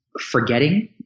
forgetting